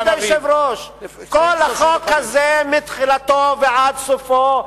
כל החוק הזה, מתחילתו ועד סופו,